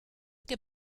che